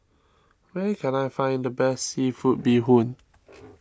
where can I find the best Seafood Bee Hoon